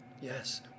Yes